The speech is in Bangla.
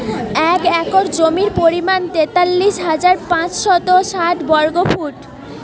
এক একর জমির পরিমাণ তেতাল্লিশ হাজার পাঁচশত ষাট বর্গফুট